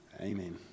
Amen